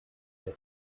der